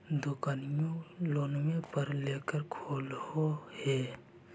दोकनिओ लोनवे पर लेकर खोललहो हे?